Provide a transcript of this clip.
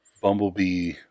Bumblebee